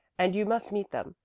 and you must meet them.